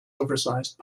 oversized